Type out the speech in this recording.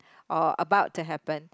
or about to happen